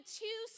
two